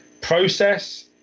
process